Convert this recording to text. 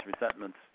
resentments